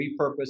repurpose